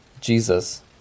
Jesus